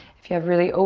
if you have really,